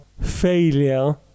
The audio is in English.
failure